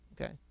okay